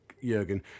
Jurgen